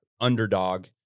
underdog